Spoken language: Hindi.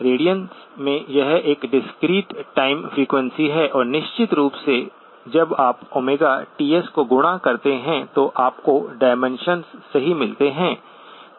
रेडियंस में यह एक डिस्क्रीट टाइम फ़्रीक्वेंसी है और निश्चित रूप से जब आप Ts को गुणा करते हैं तो आपको डाइमेंशन्स सही मिलते हैं